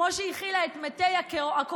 כמו שהיא הכילה את מתי הקורונה,